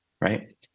right